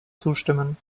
zustimmen